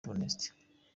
theoneste